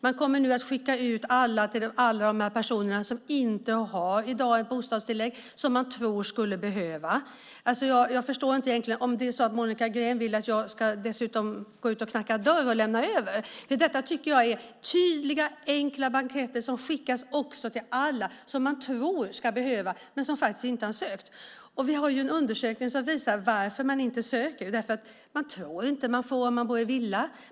Man kommer nu att skicka ut blanketter till alla de personer som i dag inte har bostadstillägg men som man tror skulle behöva det. Jag förstår inte om Monica Green vill att jag dessutom ska gå ut och knacka dörr och lämna över dem. Jag tycker att detta är tydliga och enkla blanketter. De skickas också till alla som man tror kan behöva bostadstillägg men som inte har sökt. Vi har en undersökning som visar varför människor inte söker. De tror inte att de får det om de bor i villa.